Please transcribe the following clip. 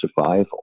survival